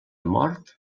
mort